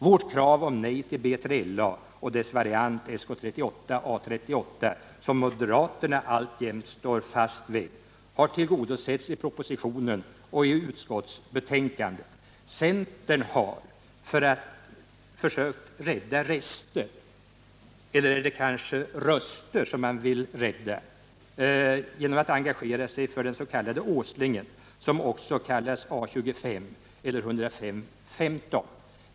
Vårt krav på nej till BILA och dess variant SK 38/A 38, som moderaterna alltjämt står fast vid, har tillgodosetts i propositionen och i utskottsbetänkandet. Centern har försökt rädda rester — eller är det kanske röster som man vill rädda? — genom att engagera sig för den s.k. Åslingen, som också kallas 1825 eller 105:15.